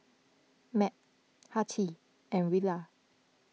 Mat Hattie and Rilla